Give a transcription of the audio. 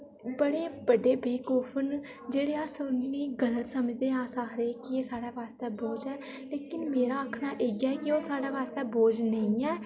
बड़े बड्डे बेबकूफ न जेह्ड़े अस उ'नें ई गल्त समझदे आं अस आखदे कि एह् साढ़े वास्तै बोझ ऐ लेकिन मेरा आखना इ'यै ऐ की ओह् साढ़े वास्तै बोझ नेईं ऐ